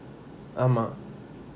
ஆமா:ama